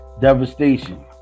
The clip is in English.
devastation